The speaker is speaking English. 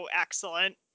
excellent